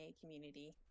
community